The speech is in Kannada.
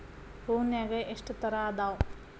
ಹೂನ್ಯಾಗ ಎಷ್ಟ ತರಾ ಅದಾವ್?